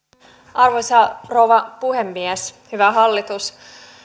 arvoisa rouva puhemies hyvä hallitus